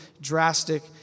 drastic